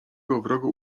wrogo